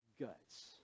guts